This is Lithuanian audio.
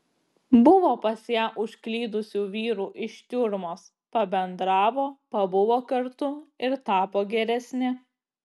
buvo pas ją užklydusių vyrų iš tiurmos pabendravo pabuvo kartu ir tapo geresni